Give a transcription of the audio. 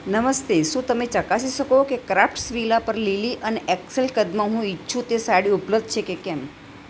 નમસ્તે શું તમે ચકાસી શકો કે ક્રાફ્ટ્સવિલા પર લીલી અને એક્સેલ કદમાં હું ઇચ્છું તે સાડી ઉપલબ્ધ છે કે કેમ